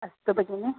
अस्तु भगिनि